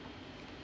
mm